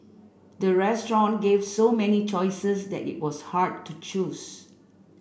the restaurant gave so many choices that it was hard to choose